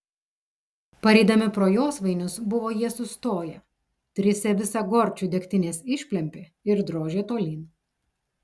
pareidami pro josvainius buvo jie sustoję trise visą gorčių degtinės išplempė ir drožė tolyn